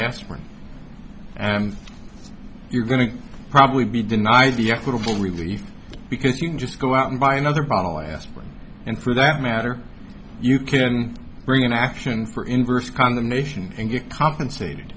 aspirin and you're going to probably be denied the equitable relief because you can just go out and buy another bottle aspirin and for that matter you can bring an action for inverse condemnation and get compensated